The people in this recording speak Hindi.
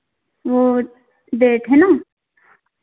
और डेट है ना